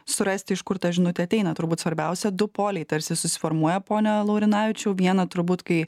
surasti iš kur ta žinutė ateina turbūt svarbiausia du poliai tarsi susiformuoja pone laurinavičiau viena turbūt kai